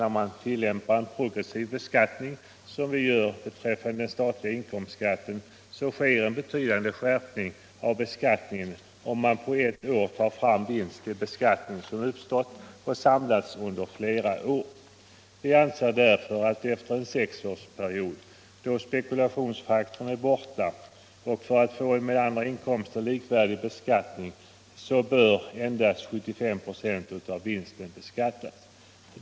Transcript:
När man tillämpar en progressiv beskattning, som vi gör när det gäller den statliga inkomstskatten, sker en betydande skärpning av beskattningen, om man på ett år tar fram till beskattning vinst som uppstått och samlats under flera år. Vi anser därför att endast 75 96 av vinsten bör beskattas efter en sexårsperiod, då spekulationsfaktorn är borta — detta för att få till stånd en realisationsvinstbeskattning som är likvärdig med beskattningen av andra inkomster.